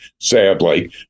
sadly